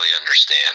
understand